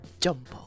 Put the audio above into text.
jump